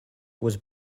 was